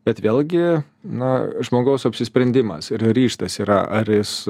bet vėlgi na žmogaus apsisprendimas ir ryžtas yra ar jis